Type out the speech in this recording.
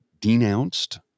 denounced